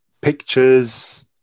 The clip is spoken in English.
pictures